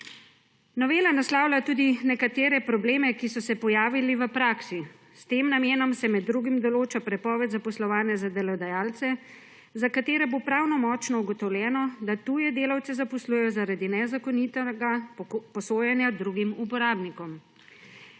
Novela naslavlja tudi nekatere probleme, ki so se pojavili v praksi. S tem namenom se med drugim določa prepoved zaposlovanja za delodajalce, za katere bo pravnomočno ugotovljeno, da tuje delavce zaposlujejo zaradi nezakonitega posojanja drugim uporabnikom.